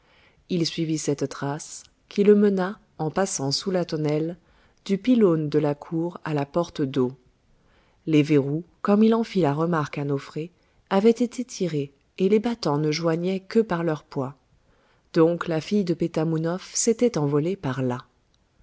il suivit cette trace qui le mena en passant sous la tonnelle du pylône de la cour à la porte d'eau les verrous comme il en fit la remarque à nofré avaient été tirés et les battants ne joignaient que par leur poids donc la fille de pétamounoph s'était envolée par là